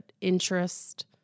interest